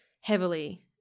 heavily